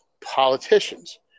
politicians